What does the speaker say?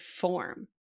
form